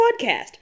podcast